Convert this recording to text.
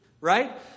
Right